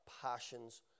passions